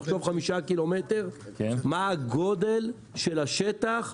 תחשוב 5 קילומטר, מה הגודל של השטח.